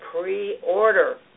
pre-order